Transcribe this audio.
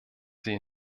sie